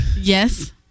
Yes